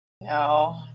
No